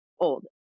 old